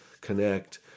connect